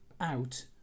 out